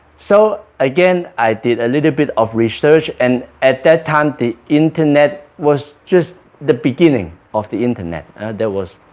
so again i did a little bit of research and at that time the internet was just the beginning of the internet there was